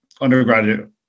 undergraduate